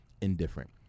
Indifferent